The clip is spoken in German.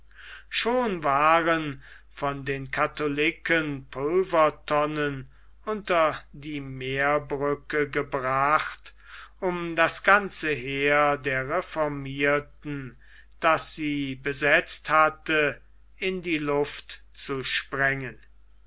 schon waren von den katholiken pulvertonnen unter die meerbrücke gebracht um das ganze heer der reformierten das sie besetzt hatte in die luft zu sprengen